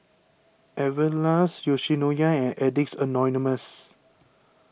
Everlast Yoshinoya and Addicts Anonymous